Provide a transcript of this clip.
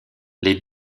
les